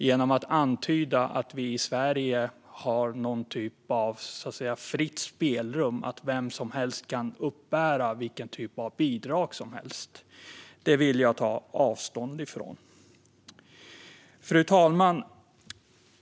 Han antydde att vi i Sverige har någon typ av fritt spelrum och att vem som helst kan uppbära vilken typ av bidrag som helst. Detta vill jag ta avstånd från. Fru talman!